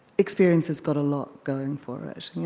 experience has got a lot going for it.